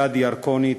גדי ירקוני,